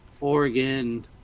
Oregon